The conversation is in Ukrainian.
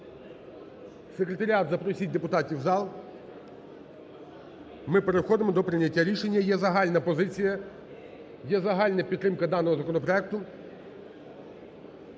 секретаріат запросіть депутатів в зал, ми переходимо до прийняття рішення. Є загальна позиція, є загальна підтримка даного законопроекту.